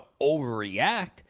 overreact